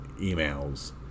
emails